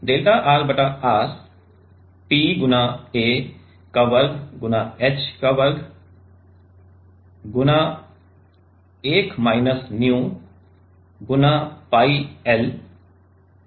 इसलिए delta R बटा R P गुणा a वर्ग गुणा h वर्ग से 1 माइनस nu गुणा pi L Vin है